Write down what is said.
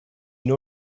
you